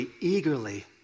eagerly